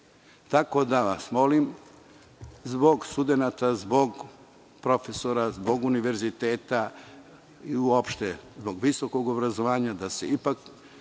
Tako da, molim vas, zbog studenata, zbog profesora, zbog univerziteta i uopšte zbog visokog obrazovanja, da se urade